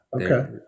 Okay